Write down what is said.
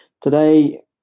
today